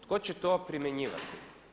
Tko će to primjenjivati?